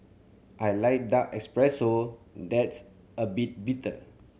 I like dark espresso that's a bit bitter